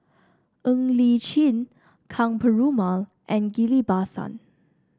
Ng Li Chin Ka Perumal and Ghillie Basan